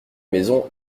maison